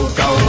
go